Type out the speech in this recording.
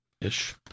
ish